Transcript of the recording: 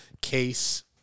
Case